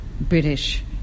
British